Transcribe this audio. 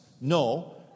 No